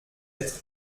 être